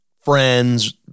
friends